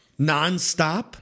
nonstop